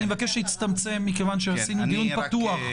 אני מבקש שיצטמצם כי עשינו דיון פתוח.